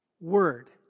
word